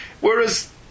whereas